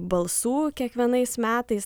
balsų kiekvienais metais